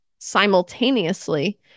simultaneously